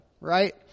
right